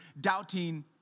doubting